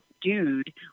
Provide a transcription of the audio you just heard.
dude